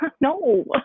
no